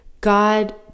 God